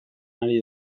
ari